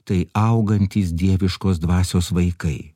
tai augantys dieviškos dvasios vaikai